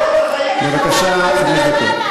צה"ל "רוצחים" לא יישאר במליאה ולו שנייה אחת.